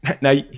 Now